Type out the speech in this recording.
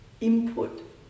input